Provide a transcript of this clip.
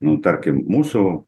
nu tarkim mūsų